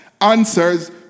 answers